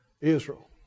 Israel